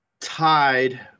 tied